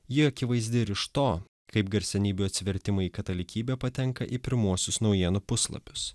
ji akivaizdi ir iš to kaip garsenybių atsivertimai į katalikybę patenka į pirmuosius naujienų puslapius